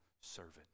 servant